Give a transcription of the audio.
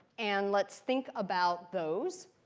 and let's think about those.